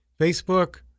Facebook